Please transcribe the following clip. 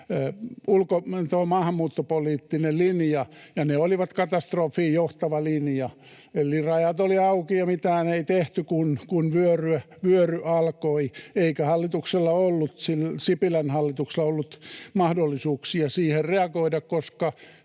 maahanmuuttopoliittinen linja, ja se oli katastrofiin johtava linja, eli rajat olivat auki ja mitään ei tehty, kun vyöry alkoi, eikä Sipilän hallituksella ollut mahdollisuuksia siihen reagoida,